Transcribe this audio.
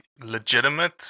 legitimate